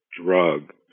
drug